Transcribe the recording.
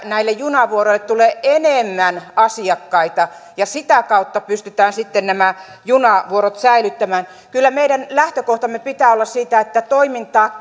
näille junavuoroille tulee enemmän asiakkaita ja sitä kautta pystytään sitten nämä junavuorot säilyttämään kyllä meidän lähtökohtamme pitää olla että toimintaa